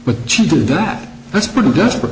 do that that's pretty desperate